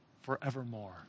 forevermore